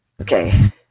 Okay